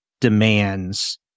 demands